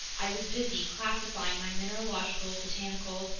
i was busy classifying my mineralogical, botanical,